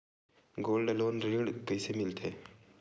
Gold loan म ऋण कइसे मिलथे?